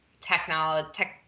technology